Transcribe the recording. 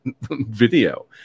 video